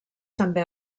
també